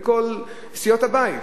מכל סיעות הבית.